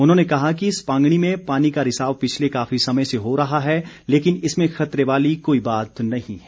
उन्होंने कहा कि सपांगणी में पानी का रिसाव पिछले काफी समय से हो रहा है लेकिन इसमें खतरे वाली कोई बात नहीं है